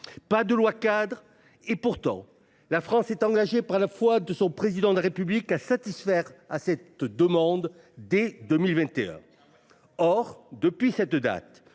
pas de loi cadre et pourtant, la France est engagée par la foi de son président de la République à satisfaire à cette demande dès 2021. Or, depuis cette date,